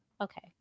Okay